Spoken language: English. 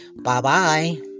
Bye-bye